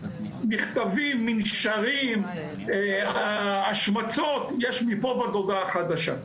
מכתבים, מנשרים, השמצות, יש מפה ועד הודעה חדשה.